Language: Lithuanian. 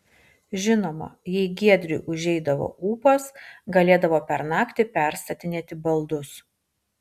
žinoma jei giedriui užeidavo ūpas galėdavo per naktį perstatinėti baldus